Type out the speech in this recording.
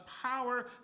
power